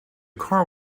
car